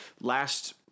Last